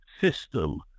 system